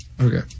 Okay